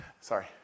Sorry